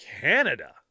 Canada